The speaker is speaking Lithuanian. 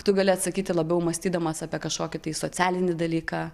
tu gali atsakyti labiau mąstydamas apie kažkokį tai socialinį dalyką